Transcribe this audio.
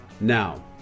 now